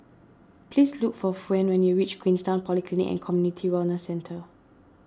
please look for Fawn when you reach Queenstown Polyclinic and Community Wellness Centre